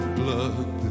blood